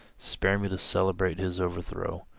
spare me to celebrate his overthrow,